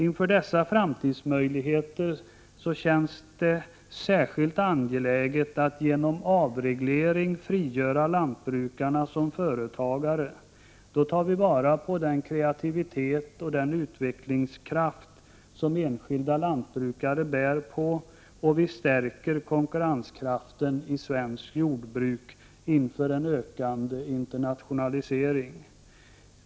Inför dessa framtidsmöjligheter känns det särskilt angeläget att genom avreglering frigöra lantbrukarna som företagare. Då tar vi vara på den kreativitet och utvecklingskraft som enskilda lantbrukare bär på och vi stärker konkurrenskraften i svenskt jordbruk inför en ökande internationalisering.